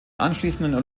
anschließenden